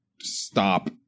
stop